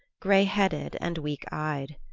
gray-headed and weak-eyed.